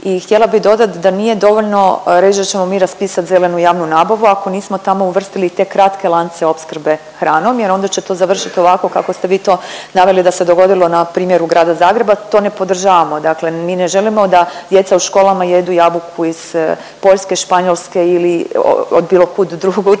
htjela bi dodat da nije dovoljno reć da ćemo mi raspisat zelenu javnu nabavu ako nismo tamo uvrstili te kratke lance opskrbe hranom jer onda će to završit ovako kako ste vi to naveli da se dogodilo na primjeru Grada Zagreba. To ne podržavamo, dakle mi ne želimo da djeca u školama jedu jabuku iz Poljske, Španjolske ili od bilo kud drugu nego